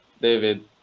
David